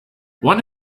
one